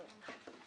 תודה רבה.